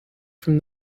from